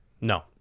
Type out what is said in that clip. No